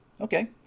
Okay